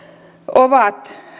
ovat